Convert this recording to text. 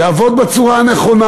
יעבוד בצורה הנכונה.